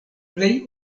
plej